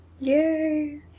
Yay